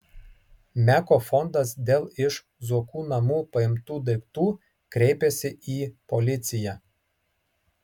meko fondas dėl iš zuokų namų paimtų daiktų kreipėsi į policiją